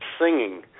singing